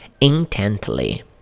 intently